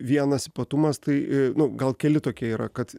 vienas ypatumas tai nu gal keli tokie yra kad